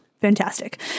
Fantastic